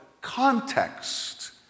context